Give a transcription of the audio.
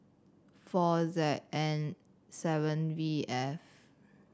four Z N seven V F